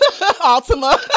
Altima